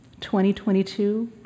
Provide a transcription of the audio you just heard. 2022